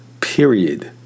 Period